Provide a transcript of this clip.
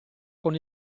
con